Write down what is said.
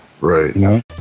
right